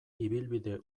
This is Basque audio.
ibilbide